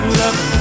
love